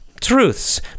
truths